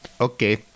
Okay